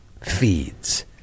feeds